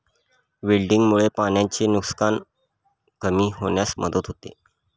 विल्टिंगमुळे पाण्याचे नुकसान कमी होण्यास मदत होते